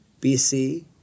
BC